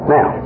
Now